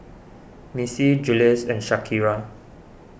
Missie Jules and Shakira